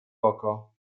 oko